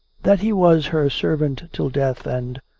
that he was her servant till death and.